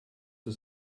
zur